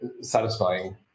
satisfying